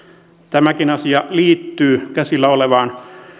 tämäkin asia liittyy käsillä olevaan